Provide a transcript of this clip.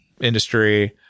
industry